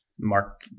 Mark